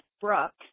Brooks